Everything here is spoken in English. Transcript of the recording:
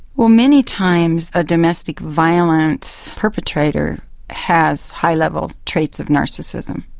well, many times a domestic violence perpetrator has high-level traits of narcissism.